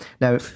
Now